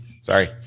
Sorry